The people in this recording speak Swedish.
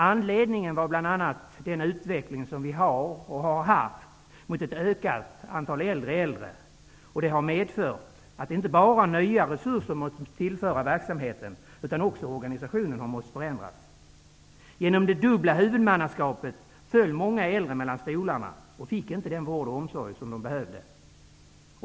Anledningen var bl.a. att den utveckling som vi har och har haft mot ett ökat antal äldre äldre har medfört att inte bara nya resurser måst tillföras äldreomsorgen utan också att organisationen måste förändras. På grund av det dubbla huvudmannaskapet föll många äldre mellan stolarna och fick inte den vård och omsorg de behövde.